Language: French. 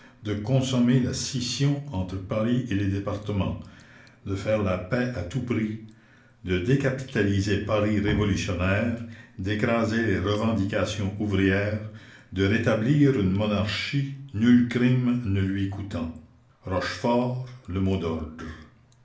de consommer la scission entre paris et les départements de faire la paix à tout prix de décapitaliser paris révolutionnaire d'écraser les revendications ouvrières de rétablir une monarchie nul crime ne